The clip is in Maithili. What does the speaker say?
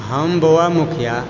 हम बौआ मुखिया